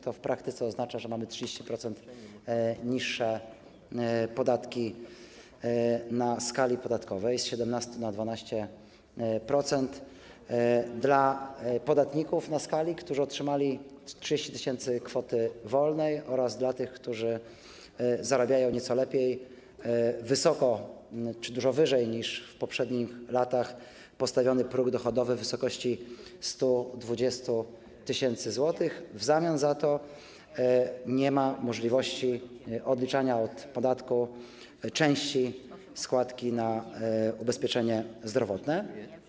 To w praktyce oznacza, że mamy 30% niższe podatki na skali podatkowej, z 17 na 12% dla podatników na skali, którzy otrzymali 30 tys. kwoty wolnej, oraz dla tych, którzy zarabiają nieco lepiej, wysoko czy dużo wyżej niż w poprzednich latach postawiony próg dochodowy w wysokości 120 tys. zł, w zamian za to nie ma możliwości odliczania od podatku części składki na ubezpieczenie zdrowotne.